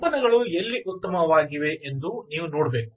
ಕಂಪನಗಳು ಎಲ್ಲಿ ಉತ್ತಮವಾಗಿವೆ ಎಂದು ನೀವು ನೋಡಬೇಕು